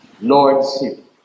Lordship